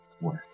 worth